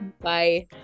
bye